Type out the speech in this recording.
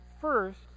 first